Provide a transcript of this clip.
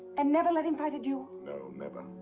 and never let him fight a duel? no, never.